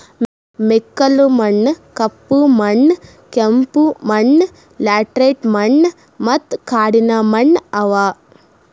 ಮೆಕ್ಕಲು ಮಣ್ಣ, ಕಪ್ಪು ಮಣ್ಣ, ಕೆಂಪು ಮಣ್ಣ, ಲ್ಯಾಟರೈಟ್ ಮಣ್ಣ ಮತ್ತ ಕಾಡಿನ ಮಣ್ಣ ಅವಾ